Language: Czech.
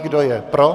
Kdo je pro?